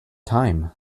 time